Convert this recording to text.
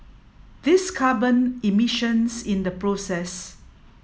this carbon emissions in the process